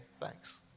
thanks